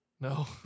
No